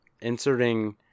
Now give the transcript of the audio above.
inserting